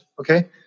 Okay